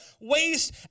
waste